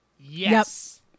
Yes